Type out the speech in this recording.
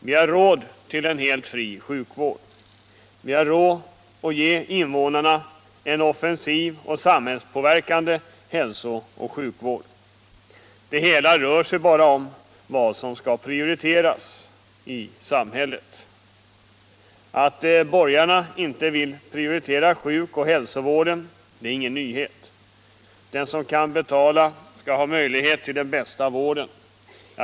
Vi har råd med en helt fri sjukvård och vi har råd att ge invånarna en offensiv och samhällspåverkande hälsooch sjukvård. Det gäller bara vad som skall prioriteras i samhället. Att borgarna inte vill prioritera sjukoch hälsovården är ingen nyhet. Den som kan betala skall ha möjlighet till den bästa vården.